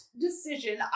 decision